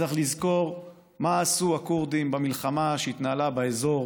צריך לזכור מה עשו הכורדים במלחמה שהתנהלה באזור